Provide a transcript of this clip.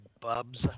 bubs